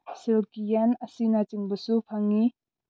ꯁꯤꯜꯀꯤ ꯌꯦꯟ ꯑꯁꯤꯅꯆꯤꯡꯕꯁꯨ ꯐꯪꯏ